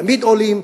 תמיד עולים,